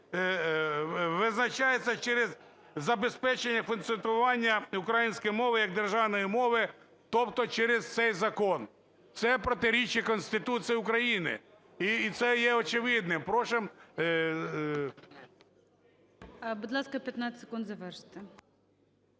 визначається через забезпечення функціонування української мови як державної мови, тобто через цей закон. Це протирічить Конституції України, і це є очевидним. Просимо… ГОЛОВУЮЧИЙ. Будь ласка, 15 секунд, завершуйте.